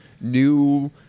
new